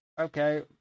Okay